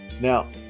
Now